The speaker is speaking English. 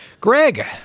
Greg